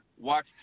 watch